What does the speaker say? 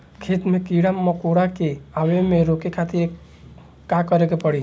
खेत मे कीड़ा मकोरा के आवे से रोके खातिर का करे के पड़ी?